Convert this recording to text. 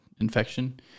infection